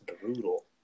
brutal